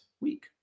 week